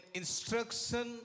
instruction